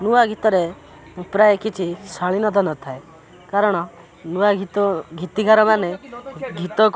ନୂଆ ଗୀତରେ ପ୍ରାୟ କିଛି ଶାଳୀନତା ନଥାଏ କାରଣ ନୂଆ ଗୀତ ଗୀତିକାରମାନେ ଗୀତକୁ